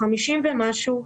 50 ומשהו,